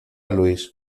luís